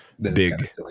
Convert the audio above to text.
big